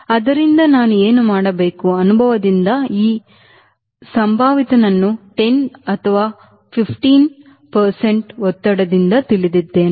ಆದ್ದರಿಂದ ನಾನು ಏನು ಮಾಡಬೇಕು ಅನುಭವದಿಂದ ನಾನು ಈ ಸಂಭಾವಿತನನ್ನು 10 ರಿಂದ 15 ಪ್ರತಿಶತದಷ್ಟು ಒತ್ತಡದಿಂದ ತಿಳಿದಿದ್ದೇನೆ